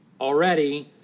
already